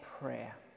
prayer